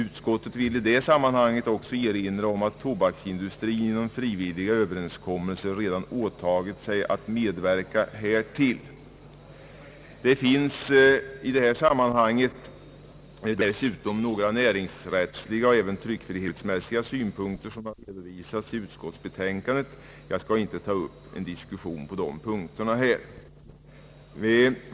Utskottet vill i det sammanhanget också erinra om att tobaksindustrin genom frivilliga örevenskommelser redan åtagit sig att medverka härtill. Det finns i detta sammanhang dessutom några näringsrättsliga och tryckfrihetsmässiga synpunkter, som har redovisats i utskottsutlåtandet. Jag skall inte nu ta upp en diskussion på de punkterna.